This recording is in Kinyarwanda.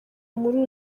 muri